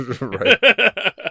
Right